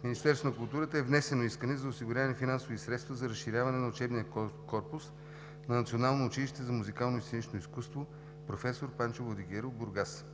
в Министерството на културата е внесено искане за осигуряване на финансови средства за разширяване на учебния корпус на Национално училище за музикално и сценично изкуство „Проф. Панчо Владигеров“ в Бургас